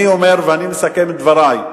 אני אומר, ואני מסכם את דברי,